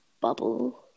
Bubble